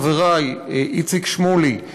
חברי איציק שמולי,